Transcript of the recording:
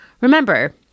Remember